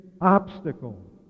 obstacle